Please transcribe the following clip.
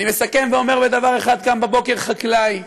אני מסכם ואומר דבר אחד: קם בבוקר חקלאי,